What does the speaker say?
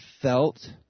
felt